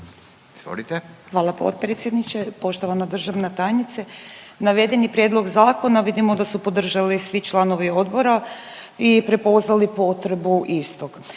Hvala potpredsjedniče. Poštovana državna tajnice, naveden prijedlog zakona vidimo da su podržali svi članovi odbora i prepoznali potrebu istog.